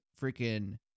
freaking